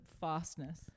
fastness